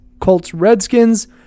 Colts-Redskins